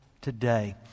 today